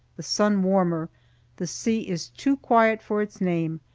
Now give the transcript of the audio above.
the sun warmer the sea is too quiet for its name,